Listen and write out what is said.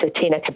Tina